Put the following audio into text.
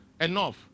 enough